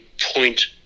point